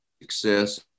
success